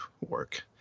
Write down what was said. work